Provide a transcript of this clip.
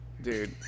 Dude